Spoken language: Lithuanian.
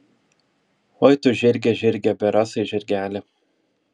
oi tu žirge žirge bėrasai žirgeli